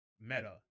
meta